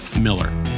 Miller